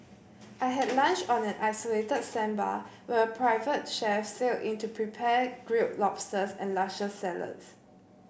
I had lunch on an isolated sandbar where a private chef sailed in to prepare grilled lobsters and luscious salads